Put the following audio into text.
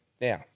Now